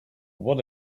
what